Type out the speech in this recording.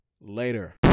later